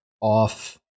off